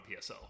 PSL